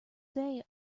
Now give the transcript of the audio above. day